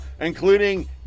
including